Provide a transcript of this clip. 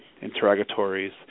interrogatories